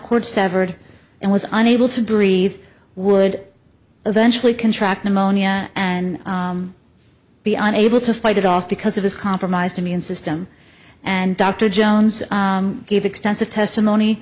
cord severed and was unable to breathe would eventually contract pneumonia and be unable to fight it off because of his compromised immune system and dr jones gave extensive testimony